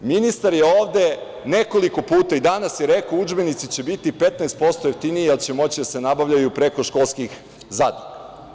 Ministar je ovde nekoliko puta rekao, i danas je to rekao, da će udžbenici biti 15% jeftiniji jer će moći da se nabavljaju preko školskih zadruga.